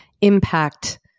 impact